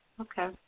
Okay